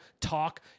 talk